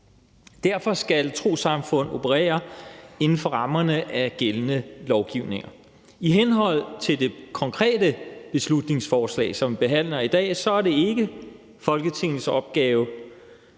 Derfor skal trossamfund operere inden for rammerne er gældende lovgivning. I henhold til det konkrete beslutningsforslag, som vi behandler i dag, er det ikke Folketingets opgave